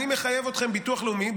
אני מחייב אתכם ביטוח לאומי,